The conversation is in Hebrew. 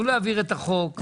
תנו להעביר את החוק.